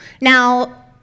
Now